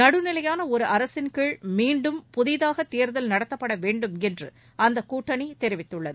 நடுநிலையான ஒரு அரசின் கீழ் மீண்டும் புதிதாக தேர்தல் நடத்தப்படவேண்டும் என்று அக்கூட்டணி தெரிவித்துள்ளது